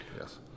Yes